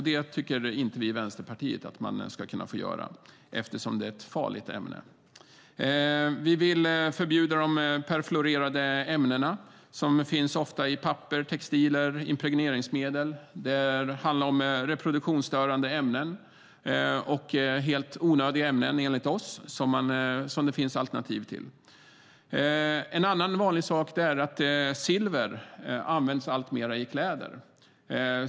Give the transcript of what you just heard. Det tycker inte vi i Vänsterpartiet att man ska få göra eftersom det är ett farligt ämne. Vi vill förbjuda perfluorerade ämnen som ofta finns i papper, textilier och impregneringsmedel. Det handlar om reproduktionsstörande ämnen och är enligt oss helt onödiga ämnen som det finns alternativ till. En annan vanlig sak är att silver används alltmer i kläder.